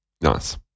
Nice